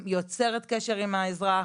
יוצרת קשר עם האזרח,